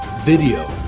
video